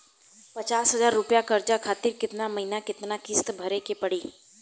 पचास हज़ार रुपया कर्जा खातिर केतना महीना केतना किश्ती भरे के पड़ी?